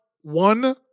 one